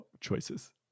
choices